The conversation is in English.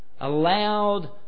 allowed